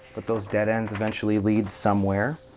but those dead ends eventually lead somewhere.